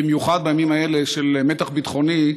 במיוחד בימים האלה של מתח ביטחוני,